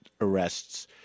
arrests